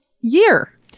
year